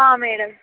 madam